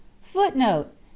footnote